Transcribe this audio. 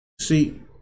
See